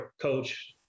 coach